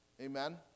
Amen